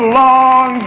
long